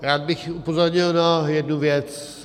Rád bych upozornil na jednu věc.